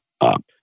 up